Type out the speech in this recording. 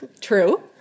True